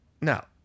Now